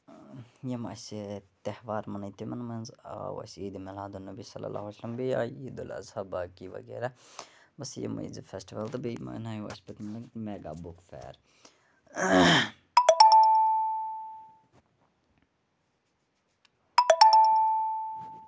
یِم اَسہِ تہوار مَنٲے تِمن منٛز آو اَسہِ عیٖدِ مِلادُالنبیؐ بیٖیہِ آیہِ عیٖدُلاعضحیٰ باقٕے وغیرہ بَس یِمَے زٕ فیسٹِول تہٕ بیٚیہِ مَنٲیو اَسہِ پٔتمہِ لَٹہِ میگا بُک فِیر